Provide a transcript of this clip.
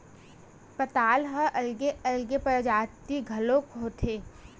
पताल ह अलगे अलगे परजाति घलोक होथे